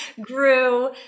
grew